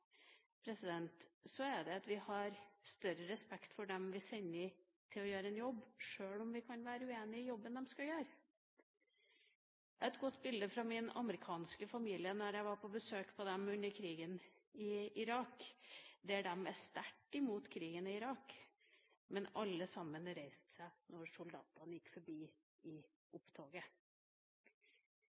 så er det at vi hadde hatt større respekt for dem vi sender for å gjøre en jobb, sjøl om vi kan være uenig i jobben de skal gjøre. Jeg har et godt bilde fra min amerikanske familie da jeg var på besøk hos dem under krigen i Irak. De var sterkt imot krigen i Irak, men alle sammen reiste seg da soldatene gikk forbi i opptoget.